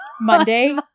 Monday